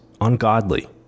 ungodly